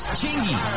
Chingy